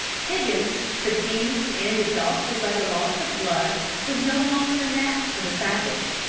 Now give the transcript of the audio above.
higgins, fatigued and exhausted by the loss of blood, was no longer a match for the savage.